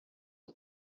and